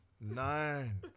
Nine